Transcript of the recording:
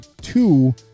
two